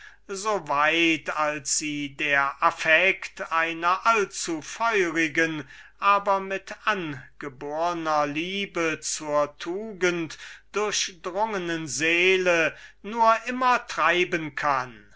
weit als sie der affekt einer allzufeurigen aber mit angebornen liebe zur tugend durchdrungenen seele treiben kann